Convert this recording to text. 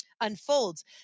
unfolds